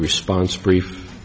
response brief